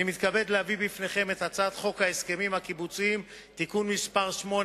אני מתכבד להביא בפניכם את הצעת חוק הסכמים קיבוציים (תיקון מס' 8),